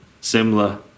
similar